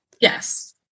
Yes